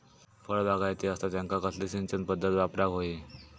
फळबागायती असता त्यांका कसली सिंचन पदधत वापराक होई?